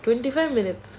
twenty five minutes